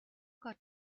got